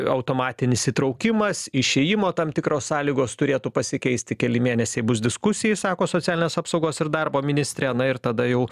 automatinis įtraukimas išėjimo tam tikros sąlygos turėtų pasikeisti keli mėnesiai bus diskusijai sako socialinės apsaugos ir darbo ministrė na ir tada jau